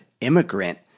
immigrant